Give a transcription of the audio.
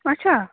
اچھا